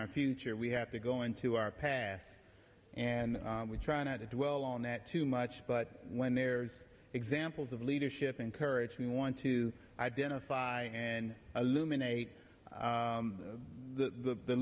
our future we have to go into our past and we try not to dwell on that too much but when there's examples of leadership and courage we want to identify and eliminate the